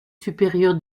supérieur